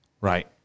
Right